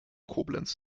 koblenz